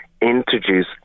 introduce